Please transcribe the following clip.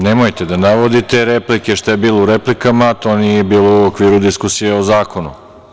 Nemojte da navodite šta je bilo u replika, to nije bilo u okviru diskusije o zakonu.